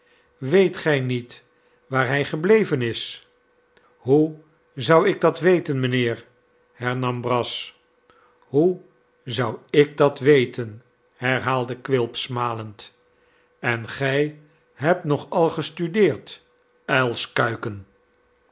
weet gij niet waar hij gebleven is hoe zou ik dat weten mijnheer hernam brass hoe zou ik dat weten herhaalde quilp smalend en gij hebt nog al gestudeerd uilskuiken